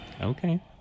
Okay